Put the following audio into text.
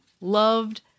loved